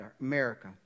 America